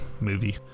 movie